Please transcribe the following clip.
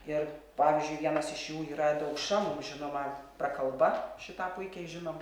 ir pavyzdžiui vienas iš jų yra ir daukša mums žinoma prakalba šitą puikiai žinom